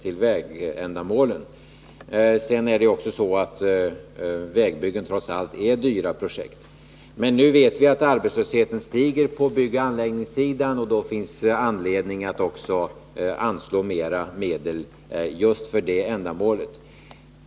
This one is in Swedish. Sedan är det också så att vägbyggen trots allt är dyra projekt. Men nu vet vi att arbetslösheten stiger på byggoch anläggningssidan, och då finns det anledning att också anslå mera medel just för det ändamålet.